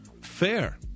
Fair